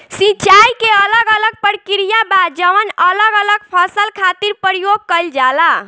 सिंचाई के अलग अलग प्रक्रिया बा जवन अलग अलग फसल खातिर प्रयोग कईल जाला